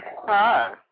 Hi